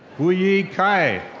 pui yi kei.